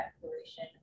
declaration